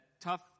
tough